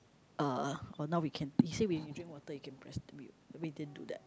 uh for now we can he said when we drink water we can press the mute we didn't do that